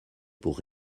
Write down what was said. pour